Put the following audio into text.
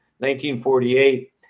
1948